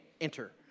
Enter